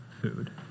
food